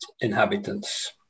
inhabitants